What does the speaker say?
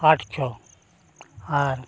ᱟᱴ ᱪᱷᱚ ᱟᱨ